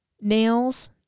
nails